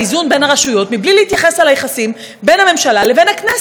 בין הרשויות בלי להתייחס ליחסים בין הממשלה לבין הכנסת.